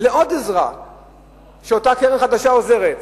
לעוד עזרה שאותה קרן חדשה עוזרת?